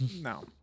No